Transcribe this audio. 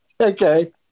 Okay